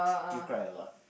you cry a lot